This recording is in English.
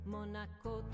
Monaco